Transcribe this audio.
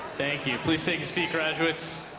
thank you, please take a seat graduates